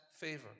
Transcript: favor